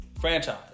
franchise